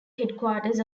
headquarters